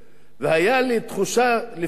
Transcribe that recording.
והיתה לי תחושה לפעמים